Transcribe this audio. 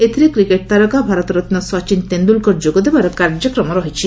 ଏଥିରେ କ୍ରିକେଟ୍ ତାରକା ଭାରତରନ୍ ସଚିନ୍ ତେନ୍ଦୁଲକର ଯୋଗ ଦେବାର କାର୍ଯ୍ୟକ୍ରମ ରହିଛି